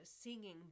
singing